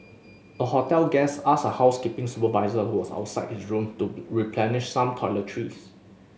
a hotel guest asked a housekeeping supervisor who was outside his room to replenish some toiletries